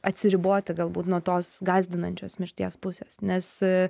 atsiriboti galbūt nuo tos gąsdinančios mirties pusės nes